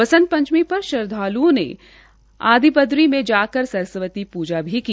बसंत पंचमी पर श्रद्धालुओं ने आदि बद्री में जाकर सरस्वती पूजा की की